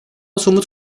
somut